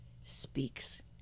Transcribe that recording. speaks